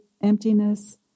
emptiness